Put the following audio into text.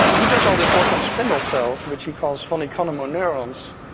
he does all this work on spindle cells which he calls von economo neurons.